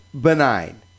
benign